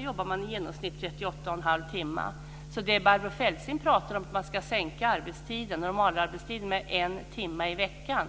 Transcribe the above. jobbar man i genomsnitt 381⁄2 timmar. Barbro Feltzing säger att man ska sänka normalarbetstiden med en timme i veckan.